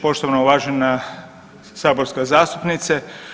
Poštovana uvažena saborska zastupnice.